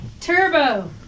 Turbo